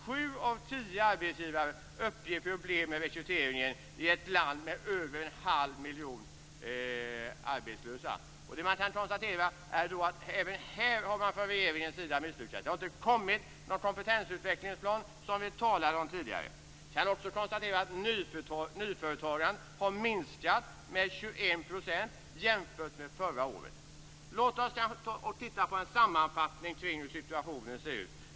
Sju av tio arbetsgivare uppger sig ha problem med rekryteringen i ett land med över en halv miljon arbetslösa. Det vi kan konstatera är att man även här har misslyckats från regeringens sida. Det har inte kommit någon kompetensutvecklingsplan, som vi talade om tidigare. Vi kan också konstatera att nyföretagandet har minskat med 21 % jämfört med förra året. Låt oss titta på en sammanfattning kring hur situationen ser ut.